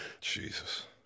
Jesus